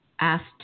asked